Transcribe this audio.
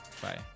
Bye